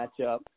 matchup